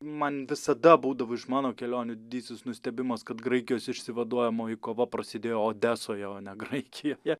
man visada būdavo iš mano kelionių didysis nustebimas kad graikijos išsivaduojamoji kova prasidėjo odesoje o ne graikijoje